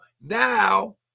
now